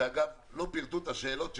שדרך אגב, לא פירטו את השאלות שלהם.